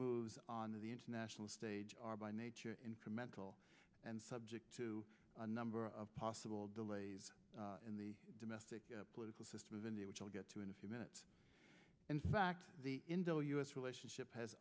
moves on to the international stage are by nature incremental and subject to a number of possible delays in the domestic political system of india which i'll get to in a few minutes in fact the in the u s relationship has